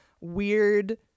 weird